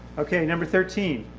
okay, number thirteen.